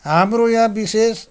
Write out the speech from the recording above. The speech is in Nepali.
हाम्रो यहाँ विशेष